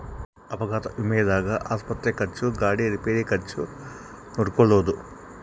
ಅಪಘಾತ ವಿಮೆದಾಗ ಆಸ್ಪತ್ರೆ ಖರ್ಚು ಗಾಡಿ ರಿಪೇರಿ ಖರ್ಚು ನೋಡ್ಕೊಳೊದು